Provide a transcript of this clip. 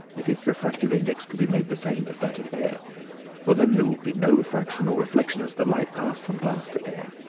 if its refractive index could be made the same as that of air for then there would be no refraction or reflection as the light passed from glass to air.